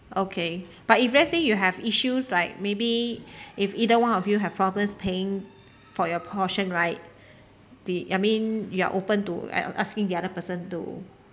okay but if let's say you have issues like maybe if either one of you have problems paying for your portion right the I mean you're open to a~ asking the other person too